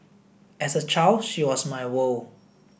as a child she was my world